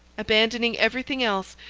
abandoning every thing else,